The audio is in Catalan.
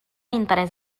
interès